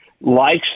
likes